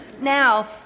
Now